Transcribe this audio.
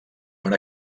per